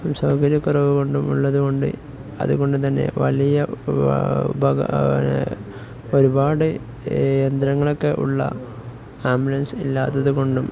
സൗകര്യക്കുറവ് കൊണ്ടും ഉള്ളതുകൊണ്ട് അതുകൊണ്ടു തന്നെ വലിയ ഒരുപാട് യന്ത്രങ്ങളൊക്കെയുള്ള ആംബുലൻസ് ഇല്ലാത്തതുകൊണ്ടും